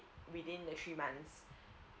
within the three months